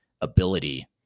ability